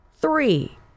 three